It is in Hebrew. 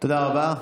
תודה רבה.